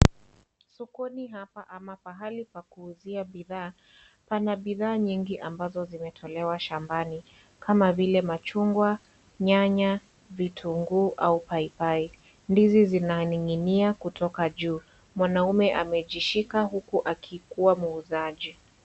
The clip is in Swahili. Sokoni hapa ama pahali pa kuuzia bidhaa, pana bidhaa nyingi ambazo zimetolewa shambani, kama vile machungwa, nyanya, vitunguu au paipai, ndizi zinaninginia kutoka juu, mwanaume amejishika huku akikua muuzaji.